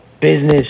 business